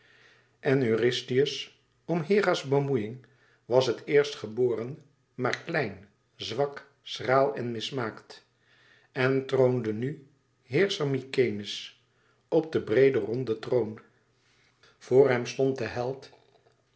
en eurystheus om hera's bemoeiïng was het eerst geboren maar klein zwak schraal en mismaakt en troonde nu heerscher mykenæ's op den breeden ronden troon voor hem stond de held